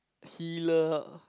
Hiler ah